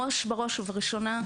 בראש ובראשונה,